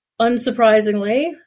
unsurprisingly